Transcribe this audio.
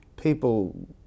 people